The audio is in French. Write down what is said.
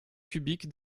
cubique